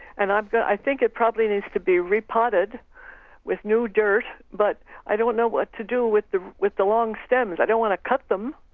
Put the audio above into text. and um i think it probably needs to be repotted with new dirt. but i i don't know what to do with the with the long stems. i don't want to cut them.